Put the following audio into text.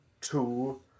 Two